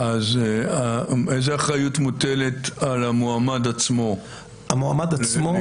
איזה אחריות מוטלת על המועמד עצמו לעדכון?